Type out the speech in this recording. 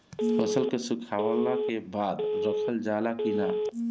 फसल के सुखावला के बाद रखल जाला कि न?